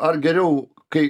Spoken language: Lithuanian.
ar geriau kai